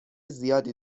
زیادی